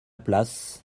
place